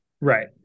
Right